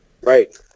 Right